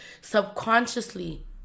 subconsciously